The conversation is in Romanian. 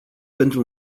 pentru